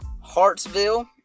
Hartsville